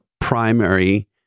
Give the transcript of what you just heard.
primary